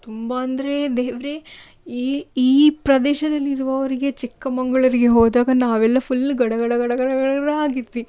ತುಂಬ ಅಂದರೆ ದೇವರೆ ಈ ಈ ಪ್ರದೇಶದಲ್ಲಿರುವವರಿಗೆ ಚಿಕ್ಕಮಗಳೂರಿಗೆ ಹೋದಾಗ ನಾವೆಲ್ಲಾ ಫುಲ್ ಗಡ ಗಡ ಗಡ ಗಡ ಗಡ ಗಡಾಡಾ ಆಗಿದ್ವಿ